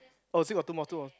oh still got two more tool oh